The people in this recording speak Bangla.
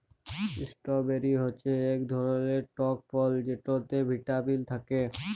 ইস্টরবেরি হচ্যে ইক ধরলের টক ফল যেটতে ভিটামিল থ্যাকে